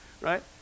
right